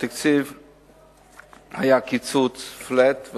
היה קיצוץ flat בתקציב,